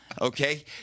Okay